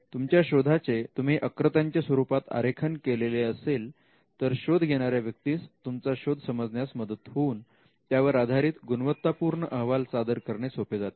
तुमच्या शोधाचे तुम्ही आकृत्यांच्या स्वरूपात आरेखन केलेले असेल तर शोध घेणाऱ्या व्यक्तीस तुमचा शोध समजण्यास मदत होऊन त्यावर आधारित गुणवत्तापूर्ण अहवाल सादर करणे सोपे जाते